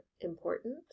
important